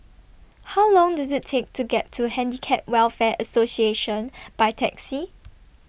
How Long Does IT Take to get to Handicap Welfare Association By Taxi